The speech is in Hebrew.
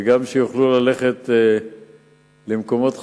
וגם שיוכלו ללכת למקומות חשובים,